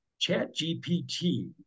ChatGPT